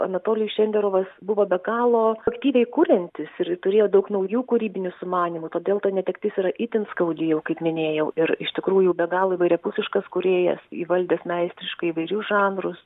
anatolijus šenderovas buvo be galo aktyviai kuriantis ir turėjo daug naujų kūrybinių sumanymų todėl ta netektis yra itin skaudi jau kaip minėjau ir iš tikrųjų be galo įvairiapusiškas kūrėjas įvaldęs meistriškai įvairius žanrus